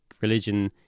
religion